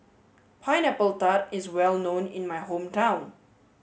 pineapple tart is well known in my hometown